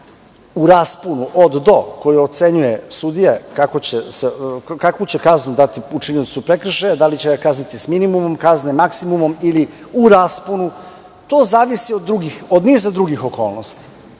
u rasponu od – do, koju ocenjuje sudija, kakvu će kaznu dati učiniocu prekršaja, da li će ga kazniti s minimum kazne, maksimum ili u rasponu, to zavisi od niza drugih okolnosti.